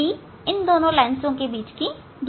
d इन दोनों lens के बीच की दूरी है